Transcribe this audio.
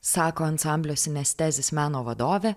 sako ansamblio sinestezis meno vadovė